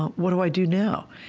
what do i do now?